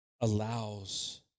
allows